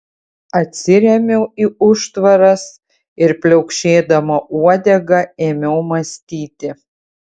atsirėmiau į užtvaras ir pliaukšėdama uodega ėmiau mąstyti